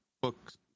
books